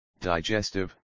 digestive